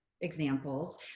examples